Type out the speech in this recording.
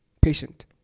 Patient